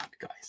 guys